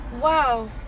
Wow